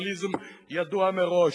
פונדמנטליזם ידוע מראש,